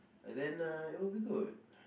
and then uh it will be good